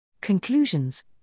Conclusions